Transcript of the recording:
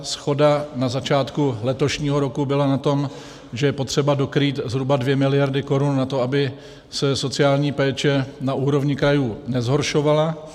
Shoda na začátku letošního roku byla na tom, že je potřeba dokrýt zhruba 2 mld. korun na to, aby se sociální péče na úrovni krajů nezhoršovala.